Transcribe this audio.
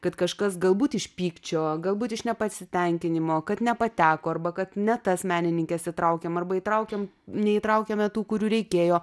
kad kažkas galbūt iš pykčio galbūt iš nepasitenkinimo kad nepateko arba kad ne tas menininkes įtraukėm arba įtraukėm neįtraukėme tų kurių reikėjo